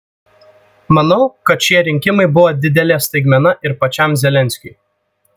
manau kad šie rinkimai buvo didelė staigmena ir pačiam zelenskiui